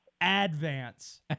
advance